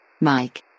Mike